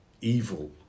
evil